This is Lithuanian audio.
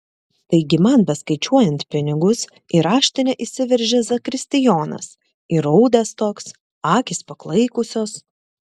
taigi man beskaičiuojant pinigus į raštinę įsiveržė zakristijonas įraudęs toks akys paklaikusios